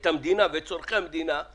את המדינה ואת צורכי המדינה,